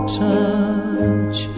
touch